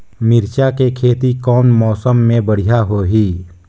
मिरचा के खेती कौन मौसम मे बढ़िया होही?